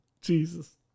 Jesus